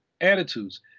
attitudes